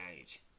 age